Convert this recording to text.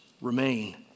remain